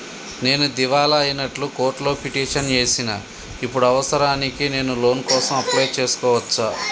నేను దివాలా అయినట్లు కోర్టులో పిటిషన్ ఏశిన ఇప్పుడు అవసరానికి నేను లోన్ కోసం అప్లయ్ చేస్కోవచ్చా?